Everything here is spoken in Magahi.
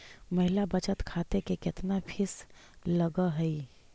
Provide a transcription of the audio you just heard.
महिला बचत खाते के केतना फीस लगअ हई